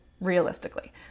realistically